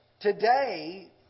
Today